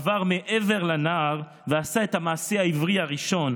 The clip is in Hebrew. עבר מעבר לנהר ועשה את המעשה העברי הראשון: